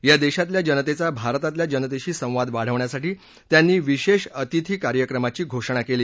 या देशातल्या जनतेचा भारतातल्या जनतेशी संवाद वाढवण्यासाठी त्यांनी विशेष अतिथी कार्यक्रमाची घोषणा केली